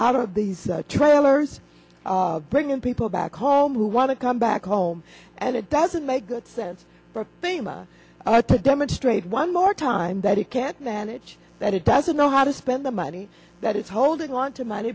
out of these trailers bringing people back home who want to come back home and it doesn't make good sense for thema are to demonstrate one more time that it can't manage that it doesn't know how to spend the money that is holding on to m